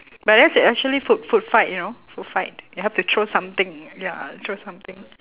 but that's actually food food fight you know food fight you have to throw something ya throw something